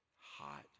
hot